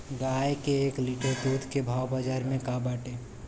गाय के एक लीटर दूध के भाव बाजार में का बाटे?